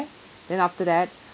then after that